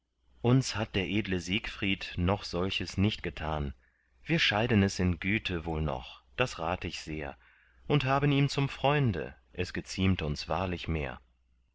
uns hat der edle siegfried noch solches nicht getan wir scheiden es in güte wohl noch das rat ich sehr und haben ihn zum freunde es geziemt uns wahrlich mehr